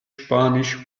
spanisch